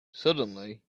suddenly